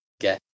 get